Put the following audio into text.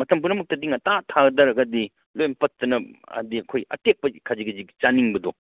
ꯃꯇꯝ ꯄꯨꯝꯅꯃꯛꯇꯗꯤ ꯉꯟꯇꯥ ꯊꯥꯊꯔꯒꯗꯤ ꯂꯣꯏ ꯄꯠꯇꯅ ꯍꯥꯏꯗꯤ ꯑꯩꯈꯣꯏ ꯑꯇꯦꯛꯄꯁꯤ ꯈꯖꯤꯛ ꯈꯖꯤꯛ ꯆꯥꯅꯤꯡꯕꯗꯣ